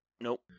Nope